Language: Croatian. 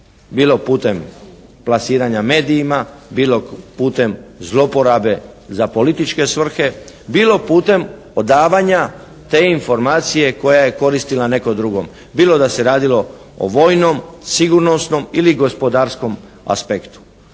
bilo putem plasiranja medijima, bilo putem zlouporabe za političke svrhe, bilo putem odavanja te informacije koja je koristila nekom drugom, bilo da se radilo o vojnom, sigurnosnom ili gospodarskom aspektu.